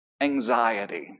anxiety